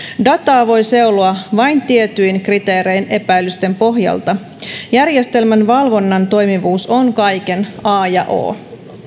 dataa voi seuloa vain tietyin kriteerein epäilysten pohjalta järjestelmän valvonnan toimivuus on kaiken a ja o